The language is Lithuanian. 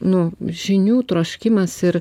nu žinių troškimas ir